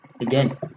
again